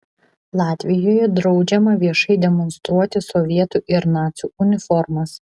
latvijoje draudžiama viešai demonstruoti sovietų ir nacių uniformas